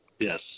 Yes